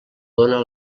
dóna